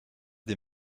des